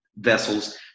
vessels